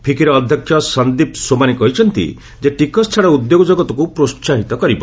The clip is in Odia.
ଫିକିର ଅଧ୍ୟକ୍ଷ ସନ୍ଦୀପ ସୋମାନି କହିଛନ୍ତି ଯେ ଟିକସ ଛାଡ଼ ଉଦ୍ୟୋଗ ଜଗତକୁ ପ୍ରୋସାହିତ କରିବ